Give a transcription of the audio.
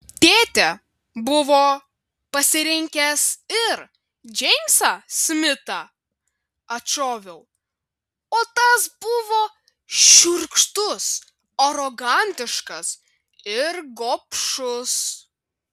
tėtė buvo pasirinkęs ir džeimsą smitą atšoviau o tas buvo šiurkštus arogantiškas ir gobšus